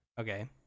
Okay